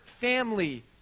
family